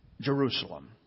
Jerusalem